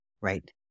right